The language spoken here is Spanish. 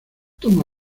toma